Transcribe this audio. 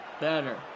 better